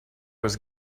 was